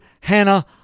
Hannah